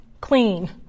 clean